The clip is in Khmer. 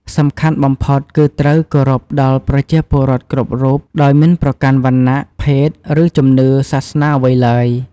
សំខាន់បំផុត គឺត្រូវ គោរពដល់ប្រជាពលរដ្ឋគ្រប់រូប ដោយមិនប្រកាន់ វណ្ណៈ ភេទ ឬជំនឿ សាសនាអ្វីឡើយ។